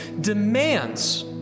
demands